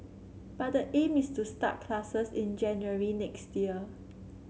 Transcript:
but the aim is to start classes in January next year